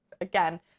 again